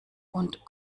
und